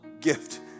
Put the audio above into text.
gift